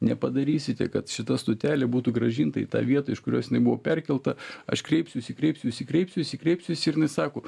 nepadarysite kad šita stotelė būtų grąžinta į tą vietą iš kurios jinai buvo perkelta aš kreipsiuosi kreipsiuosi kreipsiuosi kreipsiuosi ir jinai sako